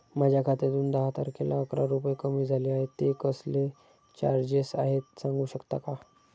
माझ्या खात्यातून दहा तारखेला अकरा रुपये कमी झाले आहेत ते कसले चार्जेस आहेत सांगू शकता का?